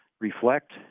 reflect